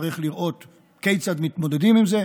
יצטרך לראות כיצד מתמודדים עם זה.